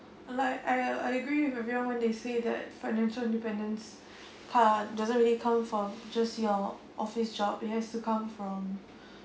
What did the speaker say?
like I I agree with you [one] when they say that financial independence part doesn't really come from just your office job it has to come from